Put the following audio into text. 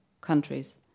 countries